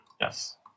Yes